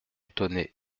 étonné